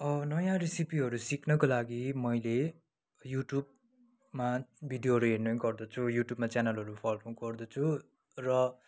नयाँ रेसिपीहरू सिक्नको लागि मैले युट्युबमा भिडियोहरू हेर्ने गर्दछु युट्युबमा च्यानलहरू फलो गर्दछु र